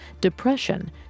depression